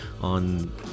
on